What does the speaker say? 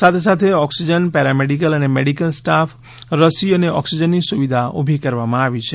સાથે સાથે oxygen paramedical અને મેડીકલ સ્ટાફ રસી અને ઓક્સિજનની સુવિધા ઉભી કરવામાં આવી છે